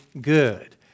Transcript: good